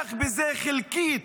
הצליח בזה חלקית